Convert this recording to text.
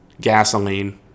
Gasoline